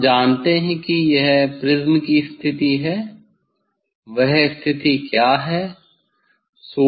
हम जानते हैं कि यह प्रिज्म की स्थिति है वह स्थिति क्या है